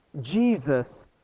Jesus